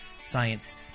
science